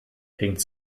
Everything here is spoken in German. hängt